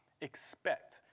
expect